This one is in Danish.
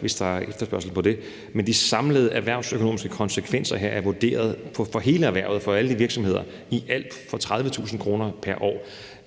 hvis der er efterspørgsel på det. Men de samlede erhvervsøkonomiske konsekvenser her er vurderet for hele erhvervet, for alle virksomheder, til i alt 30.000 kr. pr. år.